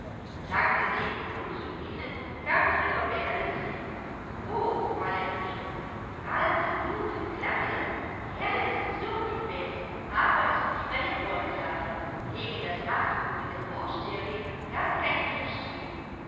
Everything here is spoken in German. langgedehnt und unzufrieden kam es über melanies lippen o fräulein güssow die alten dunklen kleider die hellen sind so viel besser aber es blieb bei den wollkleidern gegen das machtgebot der vorsteherin galt kein widerstreben